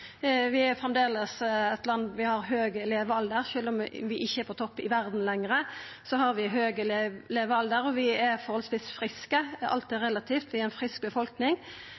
Vi har framleis høg levealder – sjølv om vi ikkje er på topp i verda lenger, har vi høg levealder, og vi er forholdsvis friske. Alt er relativt: Vi er ein frisk befolkning,